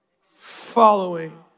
following